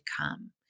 come